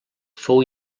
fou